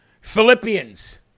Philippians